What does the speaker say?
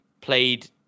played